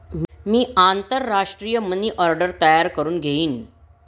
मी आंतरराष्ट्रीय money order तयार करुन घेईन